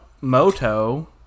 Moto